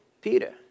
Peter